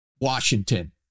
Washington